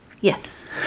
yes